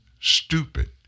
stupid